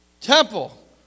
temple